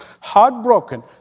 heartbroken